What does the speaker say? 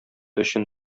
өчен